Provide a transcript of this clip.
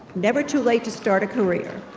never too late to start a career.